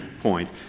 point